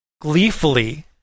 Gleefully